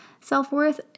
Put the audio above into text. self-worth